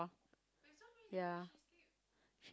ya she